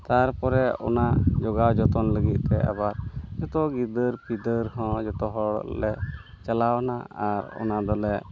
ᱛᱟᱨᱯᱚᱨᱮ ᱚᱱᱟ ᱡᱚᱜᱟᱣ ᱡᱚᱛᱚᱱ ᱞᱟᱹᱜᱤᱫᱛᱮ ᱟᱵᱟᱨ ᱡᱚᱛᱚ ᱜᱤᱫᱟᱹᱨ ᱯᱤᱫᱟᱹᱨ ᱦᱚᱸ ᱡᱚᱛᱚᱦᱚᱲ ᱞᱮ ᱪᱟᱞᱟᱣᱱᱟ ᱟᱨ ᱚᱱᱟᱫᱚ ᱞᱮ